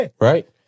Right